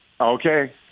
Okay